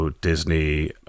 Disney